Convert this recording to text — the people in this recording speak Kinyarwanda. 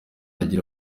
agira